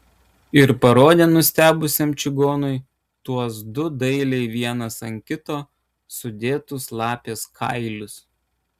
ir parodė nustebusiam čigonui tuos du dailiai vienas ant kito sudėtus lapės kailius